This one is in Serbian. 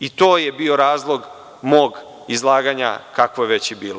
I to je bio razlog mog izlaganja kakvo je već i bilo.